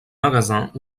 magasins